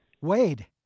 Wade